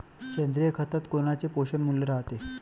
सेंद्रिय खतात कोनचे पोषनमूल्य रायते?